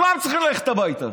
הם עצמם צריכים ללכת הביתה.